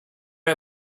are